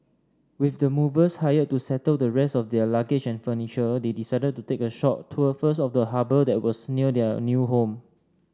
with the movers hired to settle the rest of their luggage and furniture they decided to take a short tour first of the harbour that was near their new home